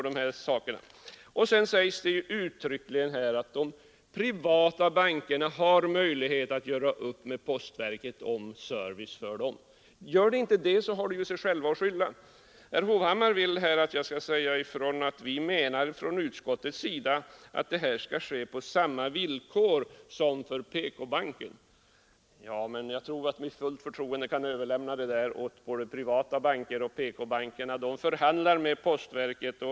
Det sägs också här uttryckligen att de privata bankerna har möjlighet att göra upp med postverket om service för dem. Gör de inte det, så har de ju sig själva att skylla. Herr Hovhammar vill att jag skall säga ifrån att utskottet menar att detta skall ske på samma villkor som för PK-banken. Jag tror att vi med fullt förtroende kan överlämna åt både privata banker och PK-banken att förhandla med postverket.